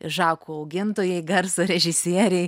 žakų augintojai garso režisierei